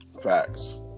Facts